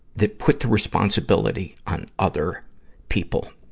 that put the responsibility on other people.